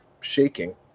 shaking